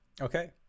Okay